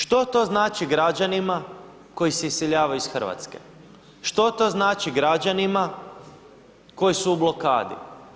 Što to znači građanima koji se iseljavaju iz Hrvatske, što to znači građanima koji su u blokadi?